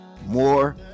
more